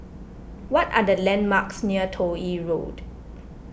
what are the landmarks near Toh Yi Road